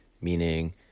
meaning